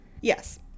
Yes